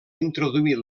introduir